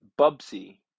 Bubsy